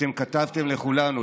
אתם כתבתם לכולנו,